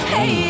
Hey